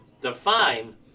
Define